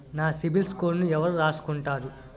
నా సిబిల్ స్కోరును ఎవరు రాసుకుంటారు